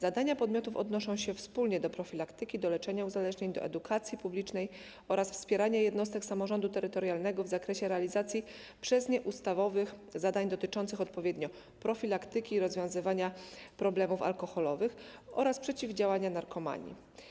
Zadania tych podmiotów odnoszą się wspólnie do profilaktyki, do leczenia uzależnień, do edukacji publicznej oraz wspierania jednostek samorządu terytorialnego w zakresie realizowania przez nie ustawowych zadań dotyczących odpowiednio profilaktyki i rozwiązywania problemów alkoholowych oraz przeciwdziałania narkomanii.